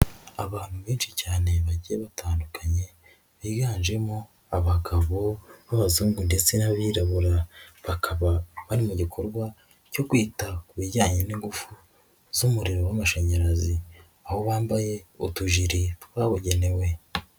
Abantu benshi cyane bagiye batandukanye biganjemo abagabo b'abazungu ndetse n'abirabura, bakaba bari mu gikorwa cyo kwita ku bijyanye n'ingufu z'umuriro w'amashanyarazi aho bambaye utujiri twabugenewe.